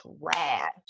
trash